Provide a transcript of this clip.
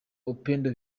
upendo